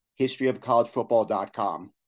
historyofcollegefootball.com